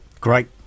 Great